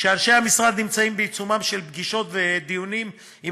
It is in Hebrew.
כשאנשי המשרד נמצאים בעיצומם של פגישות ודיונים עם